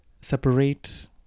separate